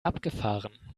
abgefahren